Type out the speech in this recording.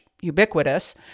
ubiquitous